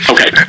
Okay